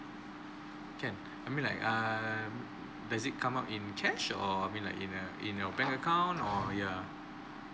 can I mean like err does it come up in cash or I mean like in a in your bank account or yeah